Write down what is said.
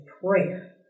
prayer